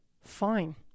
fine